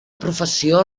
professió